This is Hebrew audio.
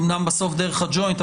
אמנם בסוף דרך הג'וינט,